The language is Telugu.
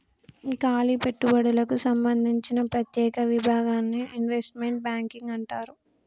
కాలి పెట్టుబడులకు సంబందించిన ప్రత్యేక విభాగాన్ని ఇన్వెస్ట్మెంట్ బ్యాంకింగ్ అంటారు